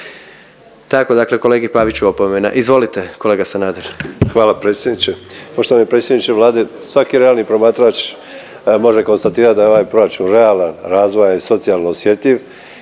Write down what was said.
Tako dakle kolegi Paviću opomena. Izvolite kolega Sanader. **Sanader, Ante (HDZ)** Hvala predsjedniče. Poštovani predsjedniče Vlade. Svaki realni promatrač može konstatirati da je ovaj proračun realan, razvojan i socijalno osjetljiv